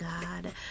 God